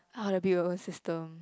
how to build a system